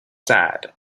sad